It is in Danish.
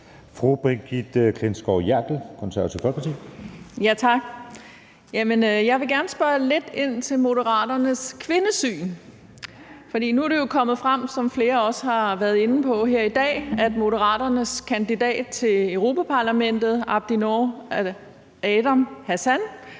Brigitte Klintskov Jerkel (KF): Tak. Jeg vil gerne spørge lidt ind til Moderaternes kvindesyn. For nu er det jo kommet frem, som flere også har været inde på her i dag, at Moderaternes kandidat til Europa-Parlamentet Abdinoor Adam Hassan